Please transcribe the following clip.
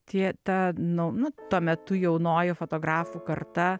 tie ta nu nu tuo metu jaunoji fotografų karta